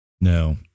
No